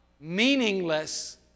meaningless